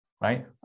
right